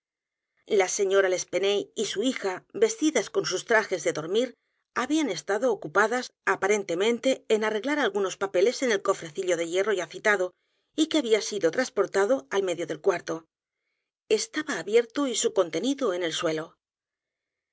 la señora l'espanaye y su hija vestidas con sus traje de dormir habían estado ocupadas aparentemente en arreglar algunos papeles en el cofrecillo de hierro ya citado y que había sido trasportado al medio del cuarto estaba abierto y su contenido en el suelo